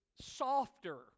softer